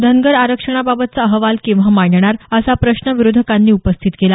धनगर आरक्षणाबाबतचा अहवाल केव्हा मांडणार असा प्रश्न विरोधकांनी उपस्थित केला